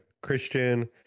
Christian